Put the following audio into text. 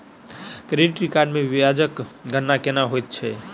credit card मे ब्याजक गणना केना होइत छैक